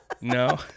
No